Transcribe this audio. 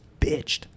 bitched